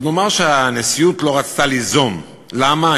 אז נאמר שהנשיאות לא רצתה ליזום, למה?